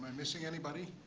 um and missing anybody?